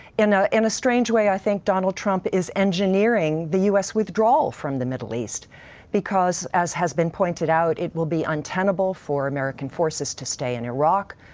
in ah in a strange way i think donald trump is engineering the us withdrawal from the middle east because, as has been pointed out, it will be untenable for american forces to stay in iraq,